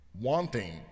wanting